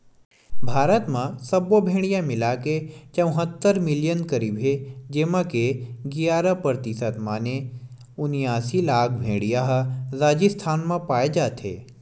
भारत म सब्बो भेड़िया मिलाके चउहत्तर मिलियन करीब हे जेमा के गियारा परतिसत माने उनियासी लाख भेड़िया ह राजिस्थान म पाए जाथे